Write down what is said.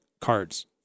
cards